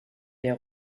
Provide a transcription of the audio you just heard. der